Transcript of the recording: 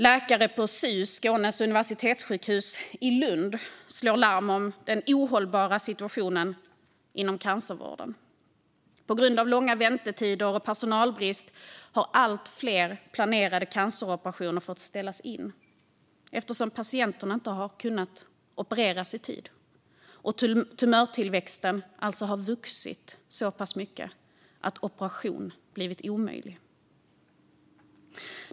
Läkare på SUS, Skånes universitetssjukhus, i Lund slår larm om den ohållbara situationen inom cancervården. På grund av långa väntetider och personalbrist har allt fler planerade canceroperationer fått ställas in eftersom patienten inte kunnat opereras i tid och tumörtillväxten varit så stor att operation blivit omöjlig.